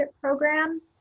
program